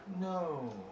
No